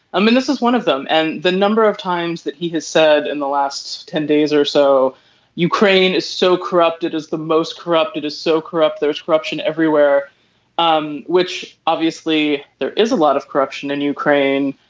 i mean this is one of them. and the number of times that he has said in the last ten days or so ukraine is so corrupt it is the most corrupt it is so corrupt there's corruption everywhere um which obviously there is a lot of corruption in ukraine.